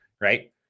right